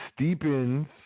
steepens